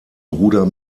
bruder